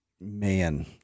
man